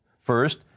First